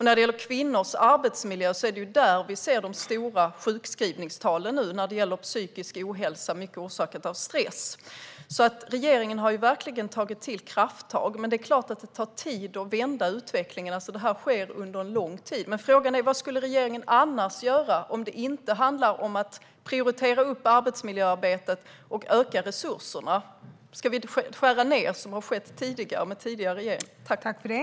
När det gäller kvinnors arbetsmiljö kan vi konstatera att det är där vi ser de stora sjukskrivningstalen på grund av psykisk ohälsa, i mycket orsakad av stress. Regeringen har verkligen tagit krafttag. Men det är klart att det tar tid att vända utvecklingen. Detta sker under en lång tid. Men frågan är: Vad skulle regeringen annars göra, om det inte handlar om att prioritera upp arbetsmiljöarbetet och öka resurserna? Ska vi skära ned, som tidigare regeringar har gjort?